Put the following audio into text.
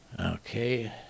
Okay